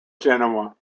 genoa